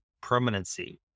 permanency